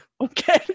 Okay